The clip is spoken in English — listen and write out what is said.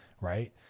right